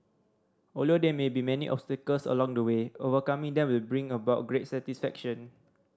although there may be many obstacles along the way overcoming them will bring about great satisfaction